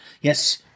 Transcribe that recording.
Yes